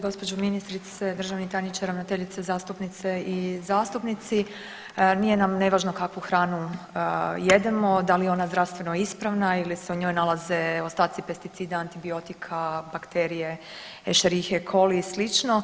Gospođo ministrice, državni tajniče, ravnateljice, zastupnice i zastupnici, nije nam nevažno kakvu hranu jedemo, da li je ona zdravstveno ispravna ili se u njoj nalaze ostaci pesticida, antibiotika, bakterije escherichie coli i slično.